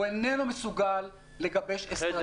הוא איננו מסוגל לגבש אסטרטגיה.